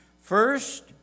First